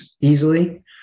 easily